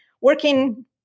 working